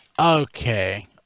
Okay